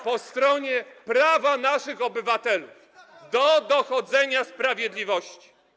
po stronie prawa naszych obywateli do dochodzenia sprawiedliwości.